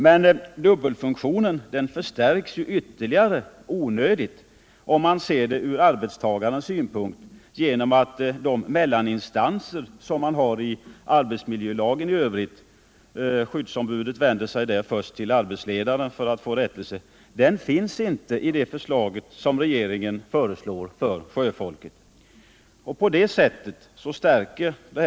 Men dubbelfunktionen förstärks ytterligare på ett onödigt sätt, seu från arbetstagarnas synpunkt, genom att arbetsmiljölagens mellaninstanser i övrigt — enligt denna skall skyddsombudet först vända sig till arbetsledaren för att få rättelse — inte har någon motsvarighet i regeringens förslag som gäller sjöfolket.